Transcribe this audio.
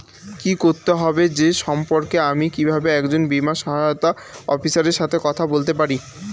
কী করতে হবে সে সম্পর্কে আমি কীভাবে একজন বীমা সহায়তা অফিসারের সাথে কথা বলতে পারি?